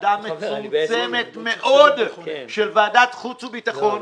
בוועדה מצומצמת מאוד של ועדת החוץ והביטחון.